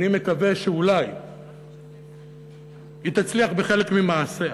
אני מקווה שאולי היא תצליח בחלק ממעשיה,